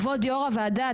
כבוד יו"ר הוועדה,